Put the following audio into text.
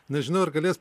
nežinau ar galės